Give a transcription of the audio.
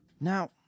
Now